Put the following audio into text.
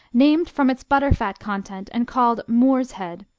named from its butterfat content and called moors head,